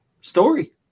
story